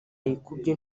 yikubye